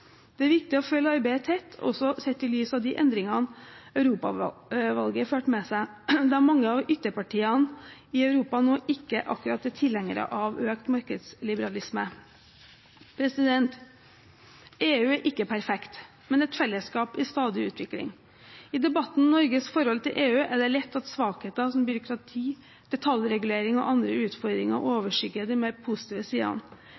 Det er viktig å følge arbeidet tett, også sett i lys av de endringene Europa-valget førte med seg, da mange av ytterpartiene i Europa nå ikke akkurat er tilhengere av økt markedsliberalisme. EU er ikke perfekt, men et fellesskap i stadig utvikling. I debatten om Norges forhold til EU blir det lett til at svakheter som byråkrati, detaljregulering og andre utfordringer overskygger de mer positive sidene.